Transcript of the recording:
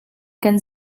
kan